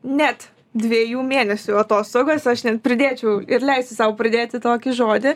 net dviejų mėnesių atostogas aš net pridėčiau ir leisiu sau pridėti tokį žodį